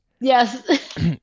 Yes